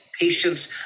patients